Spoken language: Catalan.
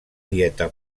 dieta